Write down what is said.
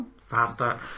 Faster